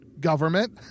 government